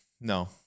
No